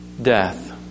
death